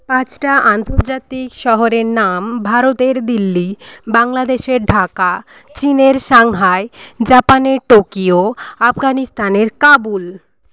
পাঁচটা আন্তর্জাতিক শহরের নাম ভারতের দিল্লি বাংলাদেশের ঢাকা চিনের সাংহাই জাপানের টোকিও আফগানিস্তানের কাবুল